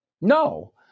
No